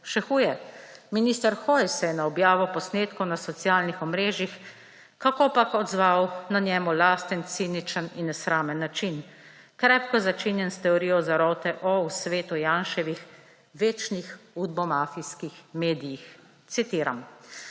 Še huje, minister Hojs se je na objavo posnetkov na socialnih omrežjih kakopak odzval na njemu lasten, ciničen in nesramen način, krepko začinjen s teorijo zarote v svetu Janševih večnih udbomafijskih medijih. Citiram: